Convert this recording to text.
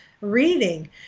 reading